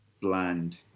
bland